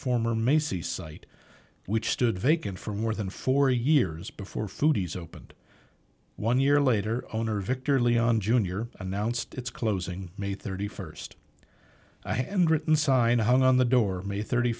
former macy's site which stood vacant for more than four years before foodies opened one year later owner victor leon jr announced its closing may thirty first i and written sign hung on the door may thirty